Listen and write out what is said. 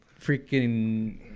freaking